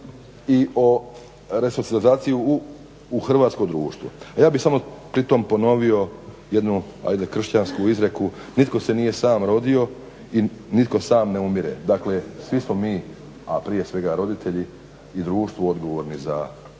i o resocijalizaciji u hrvatsko društvo. Evo, ja bih samo pri tom ponovio jednu, ajde kršćansku izreku, nitko se nije sam rodio i nitko sam ne umire, dakle svi smo mi, a prije svega roditelji i društvo odgovorni za te